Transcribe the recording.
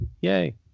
Yay